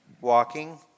Walking